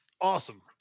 Awesome